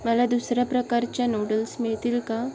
मला दुसऱ्या प्रकारच्या नूडल्स मिळतील का